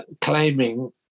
claiming